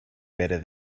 better